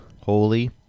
Holy